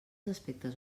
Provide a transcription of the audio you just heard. aspectes